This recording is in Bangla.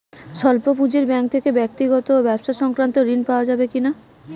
স্বল্প পুঁজির ব্যাঙ্ক থেকে ব্যক্তিগত ও ব্যবসা সংক্রান্ত ঋণ পাওয়া যাবে কিনা?